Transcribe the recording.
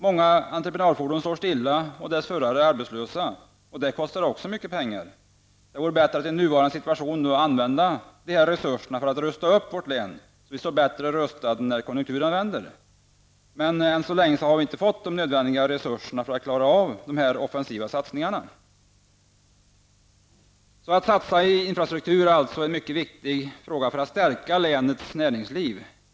Många entreprenadfordon står stilla och dess förare är arbetslösa. Detta kostar mycket pengar. Det vore bättre att i nuvarande situation använda dessa resurser för att rusta upp vårt län, så att vi står bättre rustade när konjunkturen vänder. Men än så länge har vi inte fått de nödvändiga resurserna för att klara av de offensiva satsningarna. Att satsa i infrastruktur är mycket viktigt för att stärka länets näringsliv.